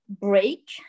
break